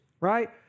right